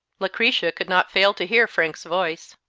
lucretia could not fail to hear frank's voice.